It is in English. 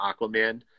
Aquaman